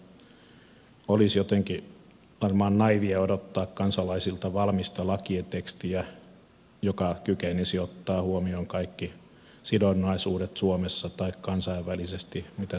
olisi varmaan jotenkin naiivia odottaa kansalaisilta valmista lakitekstiä joka kykenisi ottamaan huomioon kaikki sidonnaisuudet suomessa tai kansainvälisesti mitä tekijänoikeuslailta vaaditaan